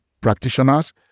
practitioners